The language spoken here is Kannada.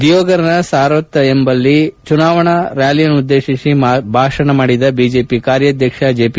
ದಿಯೋಫರ್ನ ಸಾರತ್ ಎಂಬಲ್ಲಿ ಚುನಾವಣಾ ರ್ಕಾಲಿಯನ್ನುದ್ದೇಶಿಸಿ ಭಾಷಣ ಮಾಡಿದ ಬಿಜೆಪಿ ಕಾರ್ಯಾಧ್ವಕ್ಷ ಜೆಪಿ